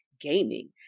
gaming